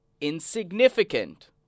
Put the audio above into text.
insignificant